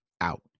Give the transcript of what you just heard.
out